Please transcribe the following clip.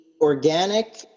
organic